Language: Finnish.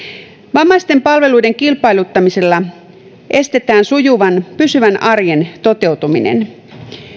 vammaisten palveluiden kilpailuttamisella estetään sujuvan pysyvän arjen toteutuminen